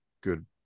good